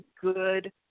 good